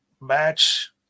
match